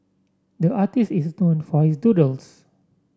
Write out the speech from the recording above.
the artist is known for his doodles